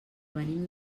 venim